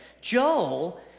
Joel